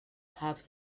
have